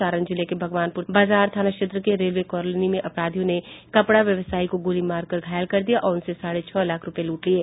सारण जिले के भगवान बाजार थाना क्षेत्र के रेलवे कॉलोनी में अपराधियों ने कपड़ा व्यवसायी को गोली मारकर घायल कर दिया और उससे साढ़े छह लाख रूपये लूट लिये